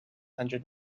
hundred